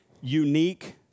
unique